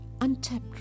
untapped